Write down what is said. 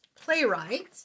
playwright